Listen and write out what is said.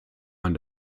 man